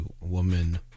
woman